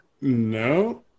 no